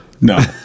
no